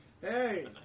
Hey